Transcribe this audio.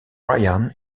ryan